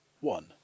One